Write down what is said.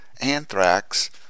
anthrax